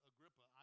Agrippa